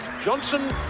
Johnson